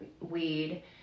weed